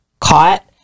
caught